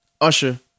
Usher